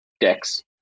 decks